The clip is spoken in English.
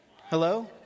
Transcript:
Hello